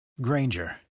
Granger